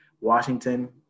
Washington